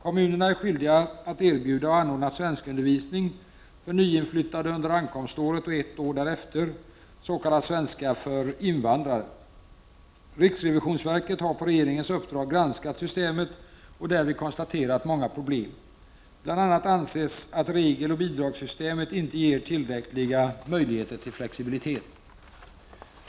Kommunerna är skyldiga att erbjuda och anordna svenskundervisning för nyinflyttade under ankomståret och ett år därefter, s.k. svenska för invandrare, . Riksrevisionsverket har på regeringens uppdrag granskat systemet och därvid konstaterat många problem. Bl.a. anses att regeloch bidragssystemet inte ger tillräckliga möjligheter till flexibilitet.